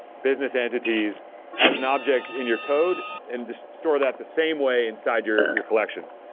business entities as an object in your code and store that the same way inside your your collections.